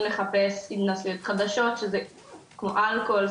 לחפש התנסויות חדשות שזה כמו אלכוהול,